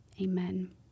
amen